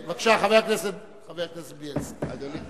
בבקשה, חבר הכנסת בילסקי.